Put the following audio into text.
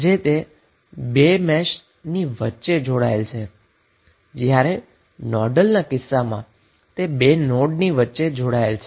તે નોડલના કિસ્સામાં બે મેશની વચ્ચે જોડાયેલ હોવાથી તે બે નોડની વચ્ચે જોડાયેલ છે